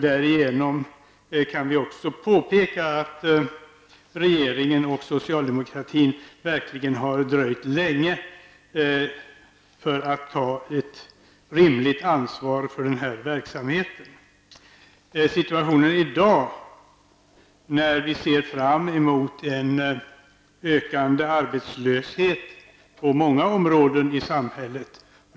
Därigenom kan vi också påpeka att regeringen och socialdemokratin verkligen har dröjt länge med att ta ett rimligt ansvar för den här verksamheten. I dag ser vi fram mot en ökande arbetslöshet på många områden i samhället.